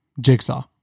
Jigsaw